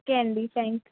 okay అండి thanks